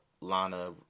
Lana